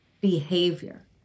behavior